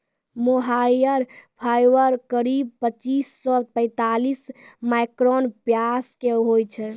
मोहायिर fibre करीब पच्चीस सॅ पैतालिस माइक्रोन व्यास के होय छै